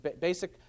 basic